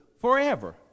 forever